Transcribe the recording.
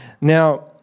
Now